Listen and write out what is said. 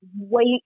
wait